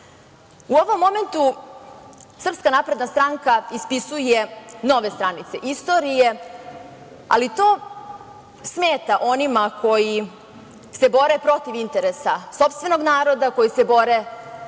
ovom momentu SNS ispisuje nove stranice istorije, ali to smeta onima koji se bore protiv interesa sopstvenog naroda, koji se bore